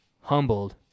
humbled